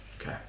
Okay